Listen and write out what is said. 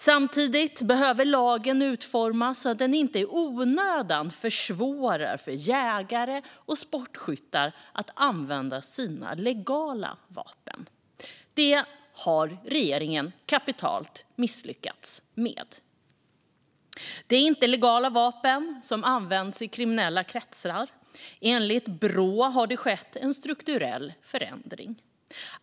Samtidigt behöver lagen utformas så att den inte i onödan försvårar för jägare och sportskyttar att använda sina legala vapen. Det har regeringen kapitalt misslyckats med. Det är inte legala vapen som används i kriminella kretsar. Enligt Brå har det skett en strukturell förändring.